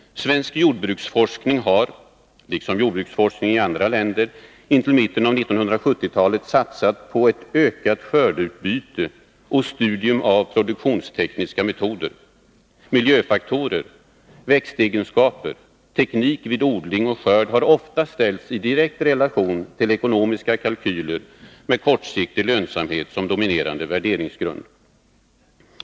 Svensk jordbruksforskning har — liksom jordbruksforskning i andra länder — intill mitten av 1970-talet satsat på ett ökat skördeutbyte och studium av produktionstekniska metoder. Miljöfaktorer, växtegenskaper, teknik vid odling och skörd har ofta ställts i direkt relation till ekonomiska kalkyler med kortsiktig lönsamhet som dominerande värderingsgrund.